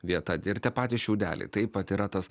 vieta ir tie patys šiaudeliai taip vat yra tas